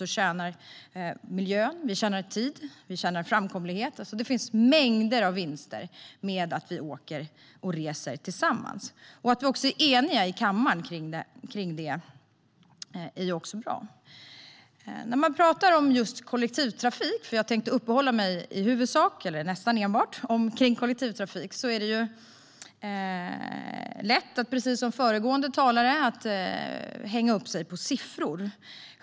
Vi tjänar tid, och vi får bättre framkomlighet. Det finns mängder av vinster med att vi åker och reser tillsammans. Att vi är eniga i kammaren om det är också bra. När man talar om kollektivtrafik - jag har tänkt uppehålla mig nästan enbart vid kollektivtrafik - är det lätt att, precis som föregående talare, hänga upp sig på siffror.